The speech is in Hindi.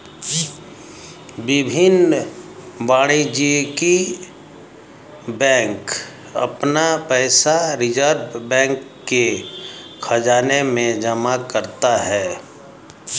विभिन्न वाणिज्यिक बैंक अपना पैसा रिज़र्व बैंक के ख़ज़ाने में जमा करते हैं